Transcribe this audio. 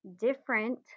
different